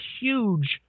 huge